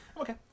Okay